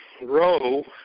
row